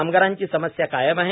कामगारांची समस्या कायम आहे